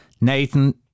Nathan